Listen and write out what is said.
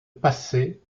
passer